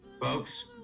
folks